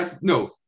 No